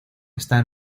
está